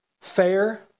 fair